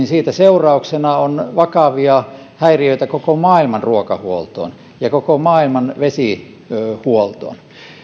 siitä seurauksena on vakavia häiriöitä koko maailman ruokahuoltoon ja koko maailman vesihuoltoon